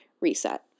reset